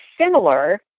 similar